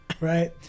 right